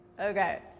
okay